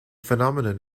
phenomenon